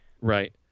Right